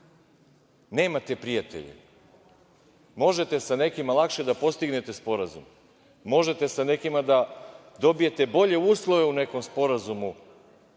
nemate prijatelje. Možete sa nekima lakše da postignete sporazum, možete sa nekima da dobijete bolje uslove u nekom sporazumu,